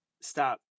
stop